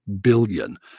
billion